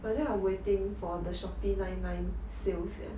but then I'm waiting for the shopee nine nine sales sia